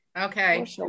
okay